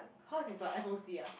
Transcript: hers is what F_O_C ah